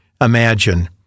Imagine